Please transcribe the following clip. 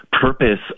purpose